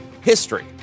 history